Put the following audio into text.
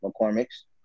McCormick's